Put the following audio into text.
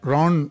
Ron